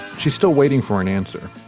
she's still waiting for an answer.